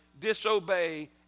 disobey